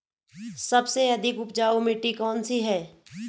सबसे अधिक उपजाऊ मिट्टी कौन सी है?